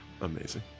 Amazing